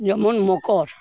ᱡᱮᱢᱚᱱ ᱢᱚᱠᱚᱨ